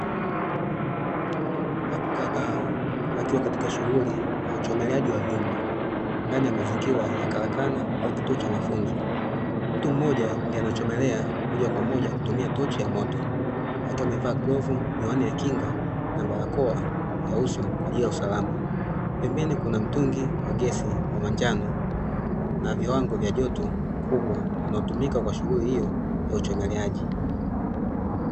Watu kadhaa wakiwa katika shughuli ya uchomeleaji wa vyuma ndani ya mazingira ya karakana au kituo cha mafunzo, mtu mmoja ndio anachomelea moja kwa moja kutumia tochi ya moto akiwa amevaa clove, miwani ya kinga na barakoa ya uso kwaajili ya usalama, pembeni kuna mtungi wa gesi wa manjano na viwango vya joto vikubwa vinavyotumika kwa shughuli hiyo ya uchomeleaji.